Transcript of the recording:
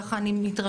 ככה אני מתרשמת